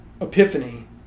epiphany